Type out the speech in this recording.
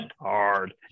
hard